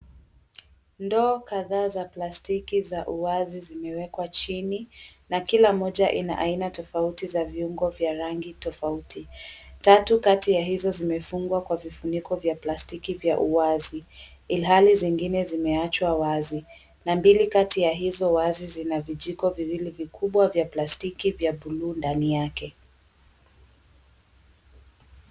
Ndoo kadhaa za plastiki za uwazi zimewekwa chini na kila moja ina aina tofauti za viungo vya rangi tofauti, tatu kati ya hizo zimefungwa kwa vifuniko vya plastiki vya uwazi ilhali zingine zimeachwa wazi na mbili kati ya hizo wazi zina vijiko viwili vikubwa vya plastiki vya buluu ndani yake.